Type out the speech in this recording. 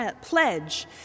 pledge